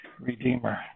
redeemer